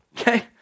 Okay